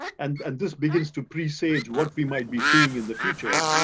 and and this begins to pre-stage what we might be seeing in the future.